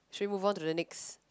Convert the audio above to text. should we move on to the next